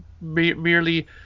merely